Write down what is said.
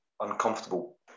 uncomfortable